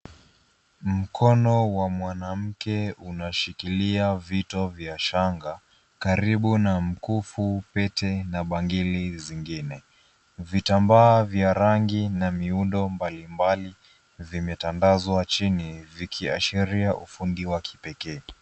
Mkono wa mwanamke unashikilia vito vya shanga karibu na mkufu, pete, na bangili zingine. Vitambaa vya rangi na miundo mbalimbali vimetandazwa chini vikiashiria ufundi wa kipekee.